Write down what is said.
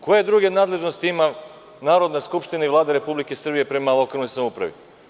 Koje druge nadležnosti ima Narodna skupština i Vlada Republike Srbije prema lokalnoj samoupravi.